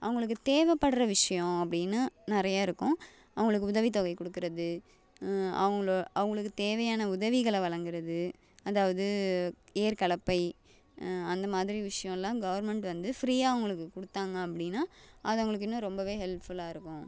அவர்களுக்கு தேவைப்பட்ற விஷயம் அப்படின்னு நிறைய இருக்கும் அவர்களுக்கு உதவி தொகை கொடுக்கிறது அவங்களை அவர்களுக்கு தேவையான உதவிகளை வழங்கறது அதாவது ஏர் கலப்பை அந்த மாதிரி விஷயமெலாம் கவர்மெண்ட் வந்து ஃப்ரீயாக அவர்களுக்கு கொடுத்தாங்க அப்படின்னா அது அவர்களுக்கு இன்னும் ரொம்பவே ஹெல்ப்ஃபுல்லாக இருக்கும்